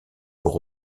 pour